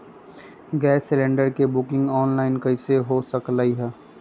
Gas cylinder के booking online कईसे हो सकलई ह?